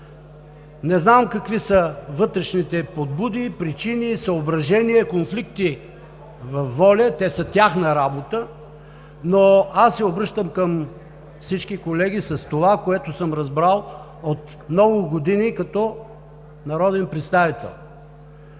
Не знам какви са вътрешните подбуди, причини, съображения, конфликти във ВОЛЯ – те са тяхна работа, но аз се обръщам към всички колеги с това, което съм разбрал от много години като народен представител: